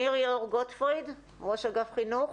מירי אור גוטפריד, ראש אגף חינוך.